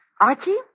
Archie